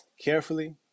carefully